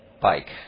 Bike